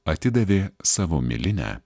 atidavė savo milinę